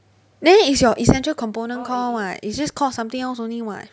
then is your essential component core [what] it's just called something else only [what]